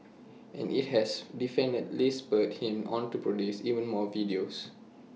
and is has definitely spurred him on to produce even more videos